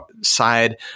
side